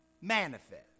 manifest